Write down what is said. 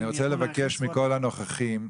לאנשים עם צרכים מיוחדים,